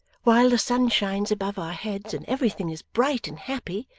while the sun shines above our heads, and everything is bright and happy,